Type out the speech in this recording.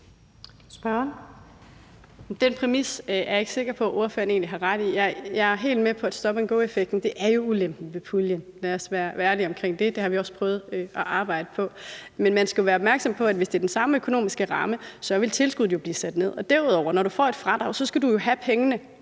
Den præmis er jeg ikke sikker på ordføreren egentlig har ret i. Jeg er helt med på, at stop and go-effekten er ulempen ved puljen. Lad os være ærlige om det. Det har vi også prøvet at arbejde med. Men man skal være opmærksom på, at hvis det er den samme økonomiske ramme, så vil tilskuddet jo blive sat ned. Og derudover skal du jo, når du får et fradrag, have pengene